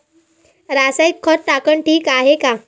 रासायनिक खत टाकनं ठीक हाये का?